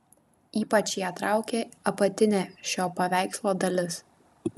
ypač ją traukė apatinė šio paveikslo dalis